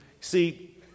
See